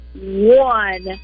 one